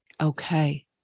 Okay